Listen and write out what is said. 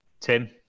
Tim